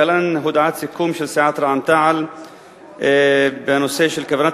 להלן הודעת סיכום של סיעת רע"ם-תע"ל בנושא של כוונת